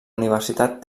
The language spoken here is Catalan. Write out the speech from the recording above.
universitat